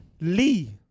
Lee